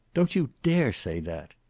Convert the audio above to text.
don't you dare say that.